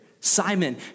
Simon